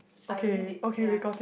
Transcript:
I already did ya